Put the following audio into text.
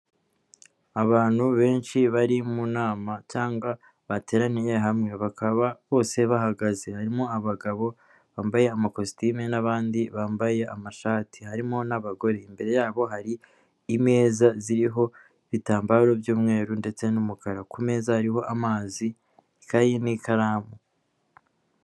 Abantu benshi bari mu nama cyangwa bateraniye hamwe bakaba bose bahagaze, harimo abagabo bambaye amakositimu n'bandi bambaye amashati harimo n'abagore, imbere yabo hari imeza ziriho ibitambaro by'umweru ndetse n'umukara, ku meza hariho amazi ikayin n'ikaramu.